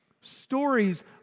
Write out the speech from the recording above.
Stories